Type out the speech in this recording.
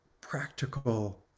practical